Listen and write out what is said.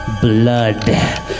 blood